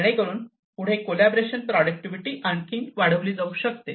जेणेकरून पुढे collaboration productivity आणखी वाढविली जाऊ शकते